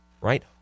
Right